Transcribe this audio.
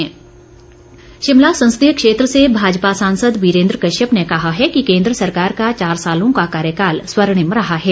वीरेन्द्र कश्यप शिमला संसदीय क्षेत्र से भाजपा सांसद वीरेन्द्र कश्यप ने कहा है कि केन्द्र सरकार का चार सालों का कार्यकाल स्वर्णिम रहा है